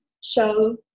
show